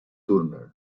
turner